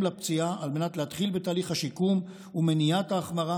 לפציעה על מנת להתחיל בתהליך השיקום ולמנוע את ההחמרה,